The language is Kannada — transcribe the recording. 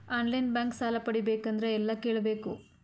ಆನ್ ಲೈನ್ ಬ್ಯಾಂಕ್ ಸಾಲ ಪಡಿಬೇಕಂದರ ಎಲ್ಲ ಕೇಳಬೇಕು?